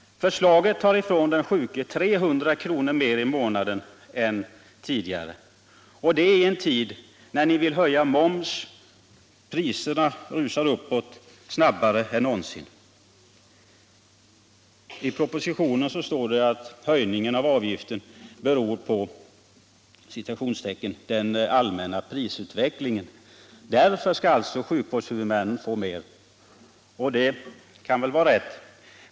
Förslaget tar ifrån den sjuke 300 kr. mer i månaden än tidigare — och detta i en tid när ni vill höja momsen och priserna rusar uppåt snabbare än någonsin. I propositionen står det att höjningen av avgiften beror på ”den allmänna prisutvecklingen”. Därför skall alltså sjukvårdshuvudmännen få mer. Det kan väl vara rätt.